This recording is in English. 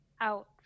out